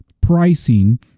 pricing